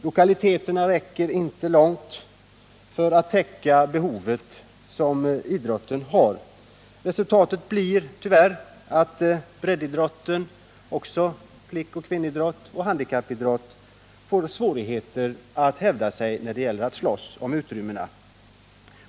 Lokaliteterna räcker inte långt för att täcka det behov som idrottsrörelsen har. Resultatet blir tyvärr att breddidrotten, men även flick-, kvinnooch handikappidrotten, får svårigheter att hävda sig när det gäller kampen om utrymme.